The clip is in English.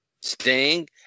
Sting